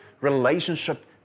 relationship